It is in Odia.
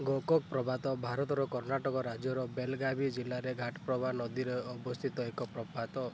ଗୋକକ୍ ପ୍ରପାତ ଭାରତର କର୍ଣ୍ଣାଟକ ରାଜ୍ୟର ବେଲଗାଭି ଜିଲ୍ଲାରେ ଘାଟପ୍ରଭା ନଦୀରେ ଅବସ୍ଥିତ ଏକ ପ୍ରପାତ